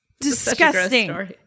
disgusting